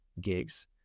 gigs